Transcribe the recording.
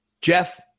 Jeff